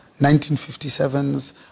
1957s